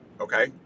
okay